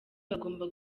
bagomba